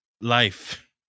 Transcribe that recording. life